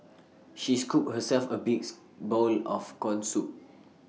she scooped herself A big is bowl of Corn Soup